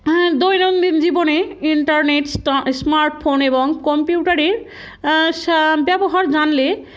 হ্যাঁ দৈনন্দিন জীবনে ইন্টারনেট স্মার্টফোন এবং কম্পিউটারের স ব্যবহার জানলে